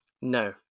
No